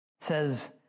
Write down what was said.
says